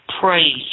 praise